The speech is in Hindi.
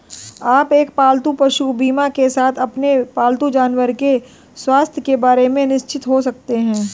आप एक पालतू पशु बीमा के साथ अपने पालतू जानवरों के स्वास्थ्य के बारे में निश्चिंत हो सकते हैं